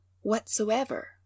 whatsoever